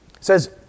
says